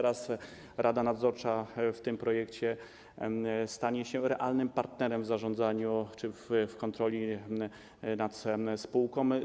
Rada nadzorcza zgodnie z tym projektem stanie się realnym partnerem w zarządzaniu czy w kontroli nad spółką.